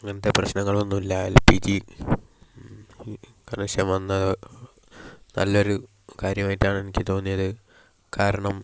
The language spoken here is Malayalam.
അങ്ങനത്തെ പ്രശ്നങ്ങൾ ഒന്നുമില്ല എൽ പി ജി കണക്ഷൻ വന്നത് നല്ലൊരു കാര്യമായിട്ടാണ് എനിക്ക് തോന്നിയത് കാരണം